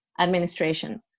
administration